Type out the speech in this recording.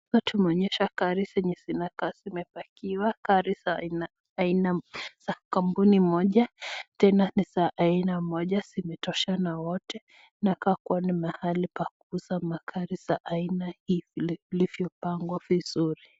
Hapa tunaonyeshwa gari zenye zinakaa zimepakiwa, gari za aina aina za kampuni moja tena ni za aina moja , zimetoshana wote nakaa kuwa ni mahali pa kuuza magari za aina hii ilivyopangwa vizuri.